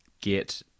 get